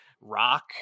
rock